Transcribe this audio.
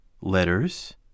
LETTERS